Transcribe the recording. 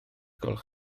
gwelwch